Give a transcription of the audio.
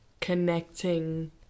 connecting